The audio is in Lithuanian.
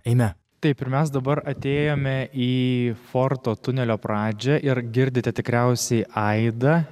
eime taip ir mes dabar atėjome į forto tunelio pradžią ir girdite tikriausiai aidą